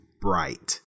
bright